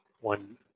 one